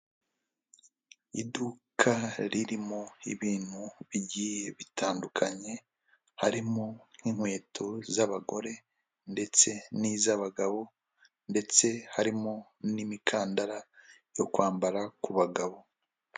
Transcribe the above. Iduka ririmo ibintu bigiye bitandukanye, harimo nk'inkweto z'abagore ndetse n'iz'abagabo ndetse harimo n'imikandara yo kwambara ku bagabo.